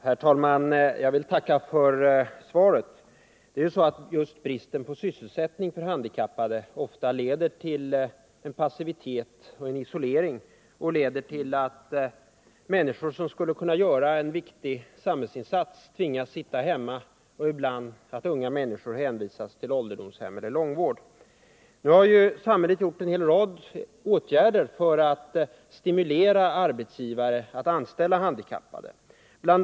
Herr talman! Jag vill tacka för svaret. Just bristen på sysselsättning för handikappade leder ofta till passivitet och isolering och medför att människor som skulle kunna göra en viktig samhällsinsats tvingas att sitta hemma. Ibland hänvisas också unga människor till ålderdomshem eller långvård. Samhället har ju vidtagit en rad åtgärder för att stimulera arbetsgivare att anställa handikappade. Bl.